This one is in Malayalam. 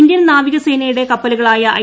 ഇന്ത്യൻ നാവിക സേനയുടെ കപ്പലുകളായ ഐ